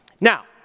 Now